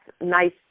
nice